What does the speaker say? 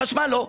חשמל לא.